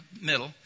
middle